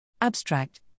Abstract